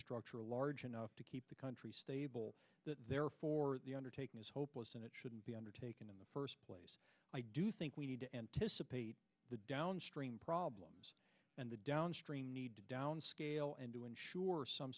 structure a large enough to keep the country stable therefore the undertaking is hopeless and it shouldn't be undertaken in the first place i do think we need to anticipate the downstream problems and the downstream need to downscale and to ensure some